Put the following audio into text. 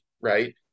right